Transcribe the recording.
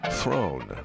throne